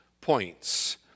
points